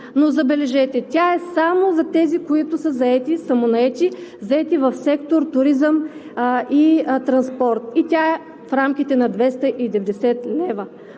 Но забележете, тя е само за тези, които са заети, самонаети, в сектор „Туризъм“ и „Транспорт“ и е в рамките на 290 лв.